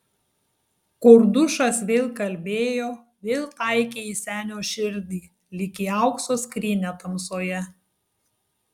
kordušas vėl kalbėjo vėl taikė į senio širdį lyg į aukso skrynią tamsoje